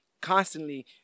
constantly